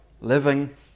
living